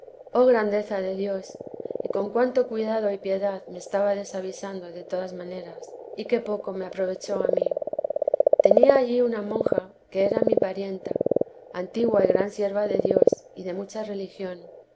oh grandeza de dios y con cuánto cuidado y piedad me estábades avisando de todas maneras y qué poco me aprovechó a mí tenía allí una monja que era mi parienta antigua y gran sierva de dios y de mucha religión